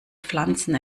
pflanzen